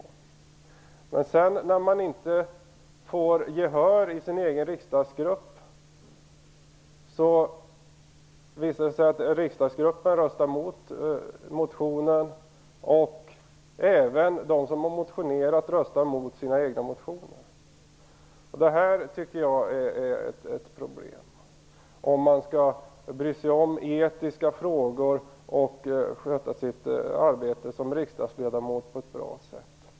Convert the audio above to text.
Jag tycker dock att det är ett problem att de inte vinner gehör i den egna riksdagsgruppen - riksdagsgruppen röstar mot, och det är även så att de som har motionerat röstar mot sina egna motioner - om man nu skall bry sig etiska frågor och på ett bra sätt sköta arbetet som riksdagsledamot.